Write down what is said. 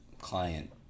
client